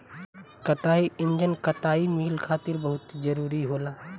कताई इंजन कताई मिल खातिर बहुत जरूरी होला